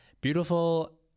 beautiful